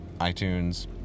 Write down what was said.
iTunes